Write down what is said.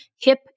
hip